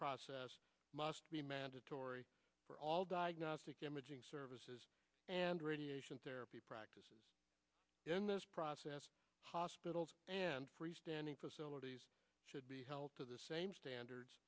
process must be mandatory for all diagnostic imaging services and radiation therapy practice in this process hospitals and free standing facilities should be held to the same standards